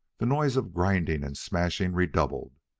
the noise of grinding and smashing redoubled.